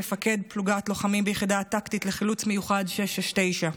מפקד פלוגת לוחמים ביחידה הטקטית לחילוץ מיוחד 669,